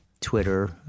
Twitter